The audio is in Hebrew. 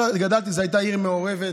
זו הייתה עיר מעורבת,